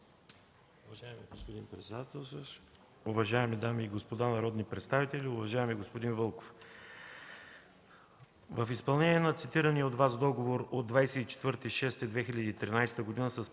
уважаеми дами и господа народни представители! Уважаеми господин Вълков, в изпълнение на цитирания от Вас договор от 24 юни 2013 г. с предмет